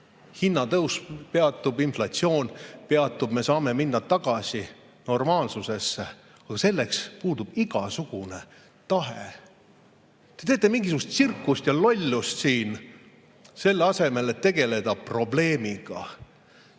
Hinnatõus peatub, inflatsioon peatub, me saame minna tagasi normaalsusesse. Aga selleks puudub igasugune tahe. Te teete mingisugust tsirkust ja lollust siin, selle asemel et tegeleda probleemiga.